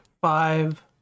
five